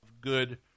good